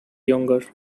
younger